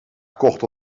gekocht